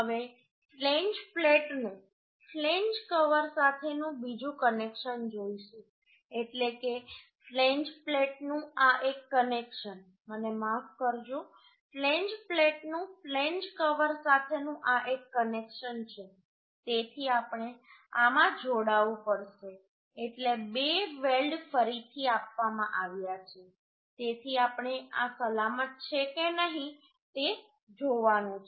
હવે આપણે ફ્લેંજ પ્લેટનું ફ્લેંજ કવર સાથેનું બીજું કનેક્શન જોઈશું એટલે કે ફ્લેંજ પ્લેટનું આ એક કનેક્શન મને માફ કરજો ફ્લેંજ પ્લેટનું ફ્લેંજ કવર સાથેનું આ એક કનેક્શન છે તેથી આપણે આમાં જોડાવું પડશે એટલે 2 વેલ્ડ ફરીથી આપવામાં આવ્યા છે તેથી આપણે આ સલામત છે કે નહીં તે જોવાનું છે